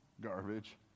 garbage